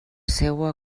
seua